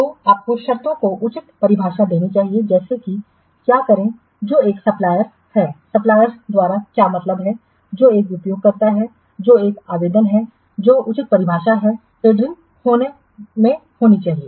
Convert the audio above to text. तो आपको शर्तों को उचित परिभाषा देनी चाहिए जैसे कि क्या करें जो एक सप्लायर्स है सप्लायर्स द्वारा क्या मतलब है जो एक उपयोगकर्ता है जो एक आवेदन है जो उचित परिभाषा है टेंडरिंग में होना चाहिए